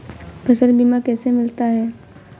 फसल बीमा कैसे मिलता है?